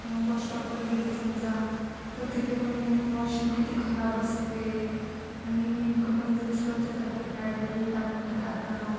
बश्टॉपवर गेलं समजा तर तिथे पण वॉशरूम किती खराब असते आणि नेमकं म्हणजे तिथे स्वच्छता नाही पॅड वगैरे टाकून राहतात